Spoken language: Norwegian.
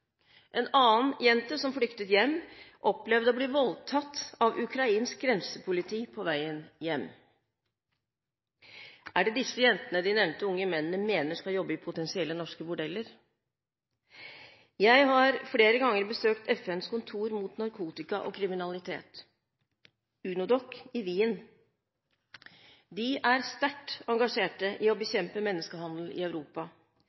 En annen jente som flyktet hjem, opplevde å bli voldtatt av ukrainsk grensepoliti på veien hjem. Er det disse jentene de nevnte unge mennene mener skal jobbe i potensielle norske bordeller? Jeg har flere ganger besøkt FNs kontor mot narkotika og kriminalitet – UNODC – i Wien. De er sterkt engasjert i å bekjempe menneskehandel i Europa.